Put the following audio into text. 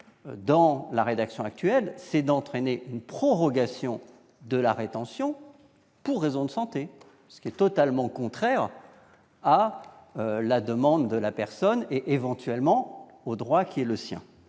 dans la rédaction actuelle le risque est d'entraîner une prorogation de la rétention pour raisons de santé, ce qui est totalement contraire à la demande de la personne, et éventuellement à ses droits. Cet amendement